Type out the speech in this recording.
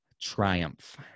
triumph